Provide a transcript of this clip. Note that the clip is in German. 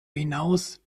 hinaus